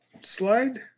slide